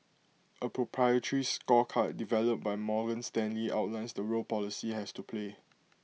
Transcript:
A proprietary scorecard developed by Morgan Stanley outlines the role policy has to play